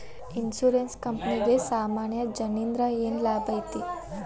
Insurance ಕ್ಂಪನಿಗೆ ಸಾಮಾನ್ಯ ಜನ್ರಿಂದಾ ಏನ್ ಲಾಭೈತಿ?